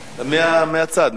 מהצד.